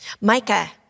Micah